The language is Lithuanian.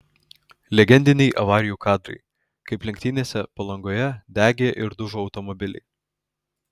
legendiniai avarijų kadrai kaip lenktynėse palangoje degė ir dužo automobiliai